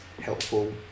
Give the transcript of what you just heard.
helpful